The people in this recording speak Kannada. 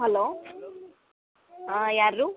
ಹಲೋ ಯಾರು